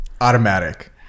Automatic